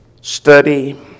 Study